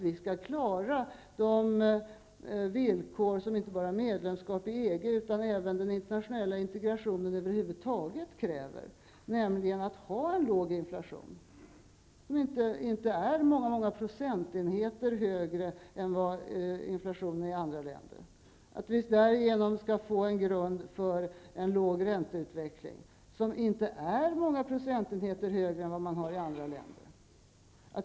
Vi skall klara de villkor som inte bara medlemskap i EG utan även i den internationella integrationen över huvud taget kräver, nämligen att ha en låg inflation, som inte är många procentenheter högre än inflationen i andra länder. Vi skall därigenom få en grund för en låg ränteutveckling, som inte är många procentenheter högre än man har i andra länder.